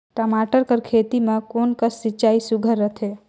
टमाटर कर खेती म कोन कस सिंचाई सुघ्घर रथे?